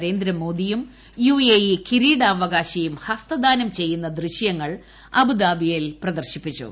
നരേന്ദ്രമോദിയും ശേഷം കിരീടാവകാശിയും ഹസ്തദാനം ചെയ്യുന്ന ദൃശ്യങ്ങൾ അബുദാബിയിൽ പ്രദർശിപ്പിച്ചു